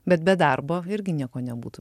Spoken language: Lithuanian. bet be darbo irgi nieko nebūtų